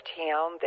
town